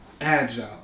agile